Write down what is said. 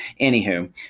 anywho